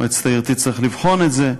מועצת העיר תצטרך לבחון את זה.